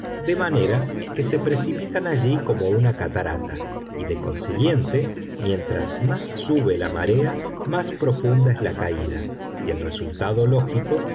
de manera que se precipitan allí como una catarata y de consiguiente mientras más sube la marea más profunda es la caída y el resultado lógico